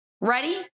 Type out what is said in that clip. Ready